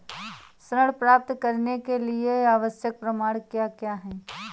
ऋण प्राप्त करने के लिए आवश्यक प्रमाण क्या क्या हैं?